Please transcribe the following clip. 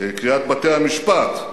קריית בתי-המשפט.